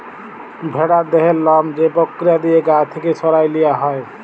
ভেড়ার দেহের লম যে পক্রিয়া দিঁয়ে গা থ্যাইকে সরাঁয় লিয়া হ্যয়